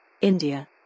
India